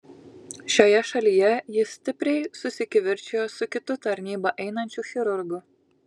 šioje šalyje jis stipriai susikivirčijo su kitu tarnybą einančiu chirurgu